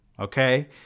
okay